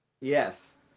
Yes